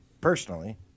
personally